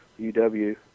UW